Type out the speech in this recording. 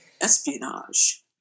espionage